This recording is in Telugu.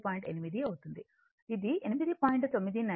8 అవుతుందిఇది 8